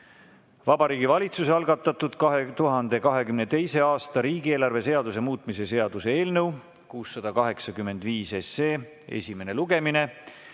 Vabariigi Valitsuse algatatud 2022. aasta riigieelarve seaduse muutmise seaduse eelnõu 685 esimene lugemine